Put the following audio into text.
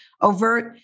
overt